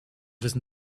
wissen